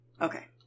Okay